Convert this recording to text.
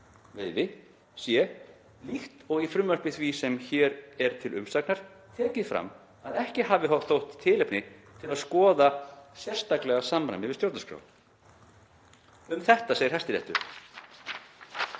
silungsveiði sé, líkt og í frumvarpi því sem hér er til umsagnar, tekið fram að ekki hafi þótt tilefni til að skoða sérstaklega samræmi við stjórnarskrá. Um þetta segir Hæstiréttur: